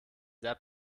sehr